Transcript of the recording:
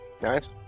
Nice